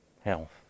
health